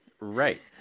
right